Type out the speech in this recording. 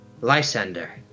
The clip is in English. Lysander